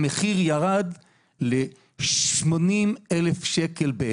והמחיר ירד לבערך 80,000 שקל.